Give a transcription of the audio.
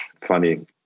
funny